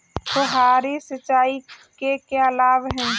फुहारी सिंचाई के क्या लाभ हैं?